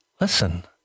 listen